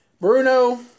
Bruno